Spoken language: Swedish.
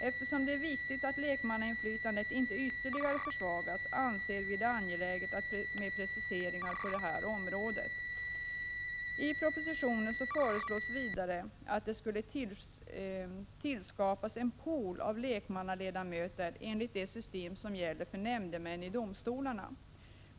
Eftersom det är viktigt att lekmannainflytandet inte ytterligare försvagas anser vi det angeläget med preciseringar på detta område. I propositionen föreslås vidare att det skulle tillskapas en ”pool” av lekmannaledamöter enligt det system som gäller för nämndemän i domstolarna.